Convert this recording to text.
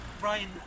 Brian